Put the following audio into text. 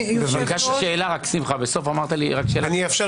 תכף אאפשר